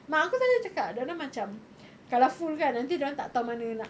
my uncle selalu cakap dia orang macam kalau full kan nanti dia orang tak tahu mana nak